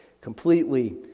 completely